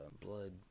Blood